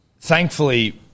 thankfully